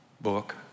book